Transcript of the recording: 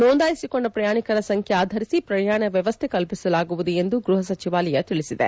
ನೋಂದಾಯಿಸಿಕೊಂಡ ಪ್ರಯಾಣಿಕರ ಸಂಖ್ಯೆ ಆಧರಿಸಿ ಪ್ರಯಾಣ ವ್ಯವಸ್ಥೆ ಕಲ್ಪಿಸಲಾಗುವುದು ಎಂದು ಗೃಪ ಸಚಿವಾಲಯ ತಿಳಿಸಿದೆ